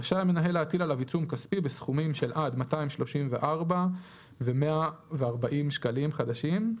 רשאי המנהל להטיל עליו עיצום כספי בסכום של עד 234,140 שקלים חדשים,